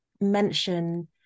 mention